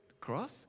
cross